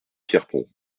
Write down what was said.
pierrepont